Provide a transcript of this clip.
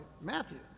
Matthew